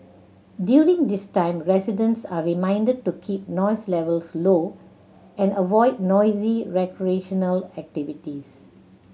during this time residents are reminded to keep noise levels low and avoid noisy recreational activities